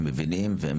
הם מבינים,